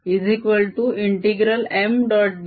dS Ma